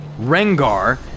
Rengar